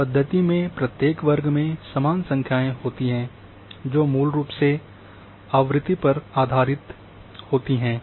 इस पद्धति में प्रत्येक वर्ग में समान संख्याएँ होती हैं जो मूल रूप से आवृत्ति पर आधारित होती हैं